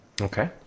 Okay